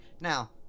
Now